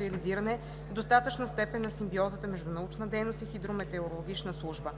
реализиране в достатъчна степен на симбиозата между научна дейност и хидрометеорологична служба.